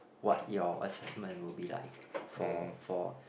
what your assessment will be like for for